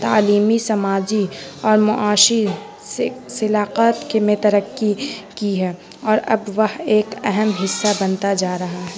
تعلیمی سماجی اور معاشی شراکت میں ترقی کی ہے اور اب وہ ایک اہم حصہ بنتا جا رہا ہے